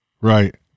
Right